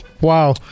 wow